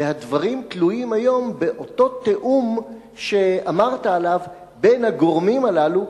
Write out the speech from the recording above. והדברים תלויים היום באותו תיאום שדיברת עליו בין הגורמים הללו,